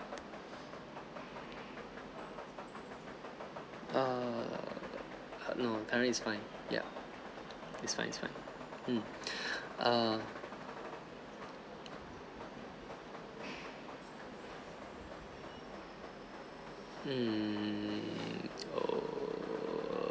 err no currently it's fine yup it's fine it's fine mm err hmm oo